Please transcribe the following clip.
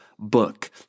Book